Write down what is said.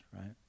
right